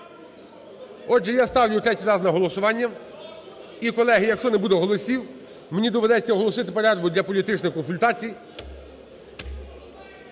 Отже, я ставлю третій раз на голосування. І, колеги, якщо не буде голосів, мені доведеться оголосити перерву для політичних консультацій.